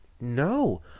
no